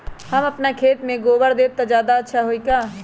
हम अपना खेत में गोबर देब त ज्यादा अच्छा होई का?